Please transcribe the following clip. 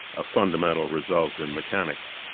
a fundamental result in mechanics.